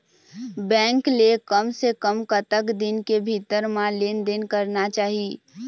Bank ले कम से कम कतक दिन के भीतर मा लेन देन करना चाही?